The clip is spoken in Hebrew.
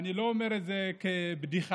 אשריך, גדי.